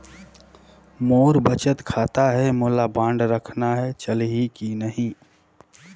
मोर बचत खाता है मोला बांड रखना है चलही की नहीं?